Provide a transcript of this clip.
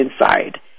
inside